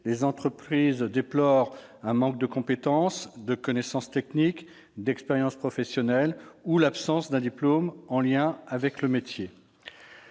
les entreprises déplorent le manque de compétences, de connaissances techniques, d'expérience professionnelle ou l'absence d'un diplôme en lien avec le métier.